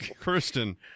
Kristen